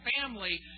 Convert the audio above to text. family